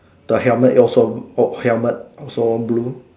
the helmet also oh helmet also blue